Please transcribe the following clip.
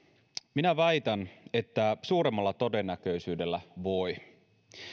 minä väitän että suurella todennäköisyydellä voi